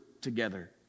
together